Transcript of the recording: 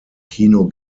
kino